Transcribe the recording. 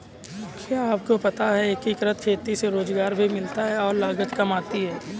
क्या आपको पता है एकीकृत खेती से रोजगार भी मिलता है और लागत काम आती है?